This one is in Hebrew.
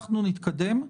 אנחנו נתקדם,